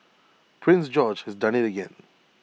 prince George has done IT again